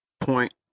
Point